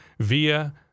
Via